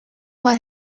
what